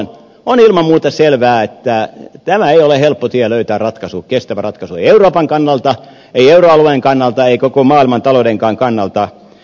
on ilman muuta selvää että tämä ei ole helppo tie löytää kestävä ratkaisu ei euroopan kannalta ei euroalueen kannalta eikä koko maailman taloudenkaan kannalta